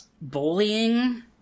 bullying